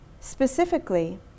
specifically